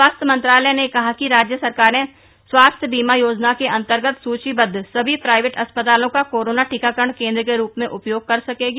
स्वास्थ्य मंत्रालय ने कहा है कि राज्य सरकारें स्वास्थ्य बीमा योजना के अंतर्गत सूचीबद्ध सभी प्राइवेट अस्पतालों का कोरोना टीकाकरण केन्द्र के रूप में उपयोग कर सकेंगी